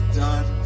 done